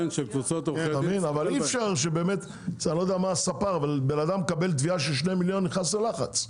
אדם שמקבל תביעה של 2.5 מיליון ₪ נכנס ללחץ.